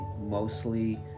mostly